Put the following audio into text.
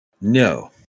No